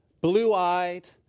blue-eyed